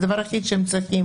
זה הדבר היחיד שהם צריכים,